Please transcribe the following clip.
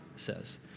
says